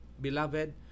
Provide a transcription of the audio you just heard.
beloved